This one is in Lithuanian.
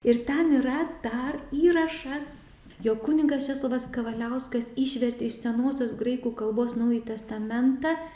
ir ten yra dar įrašas jog kunigas česlovas kavaliauskas išvertė iš senosios graikų kalbos naująjį testamentą